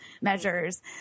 measures